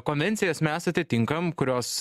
konvencijas mes atitinkam kurios